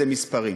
זה מספרים.